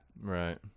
Right